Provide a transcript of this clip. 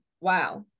wow